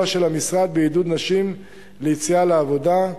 של המשרד לעידוד נשים ליציאה לעבודה,